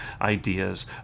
ideas